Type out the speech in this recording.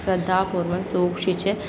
ശ്രദ്ധാപൂർവം സൂക്ഷിച്ച്